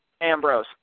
Ambrose